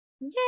Yay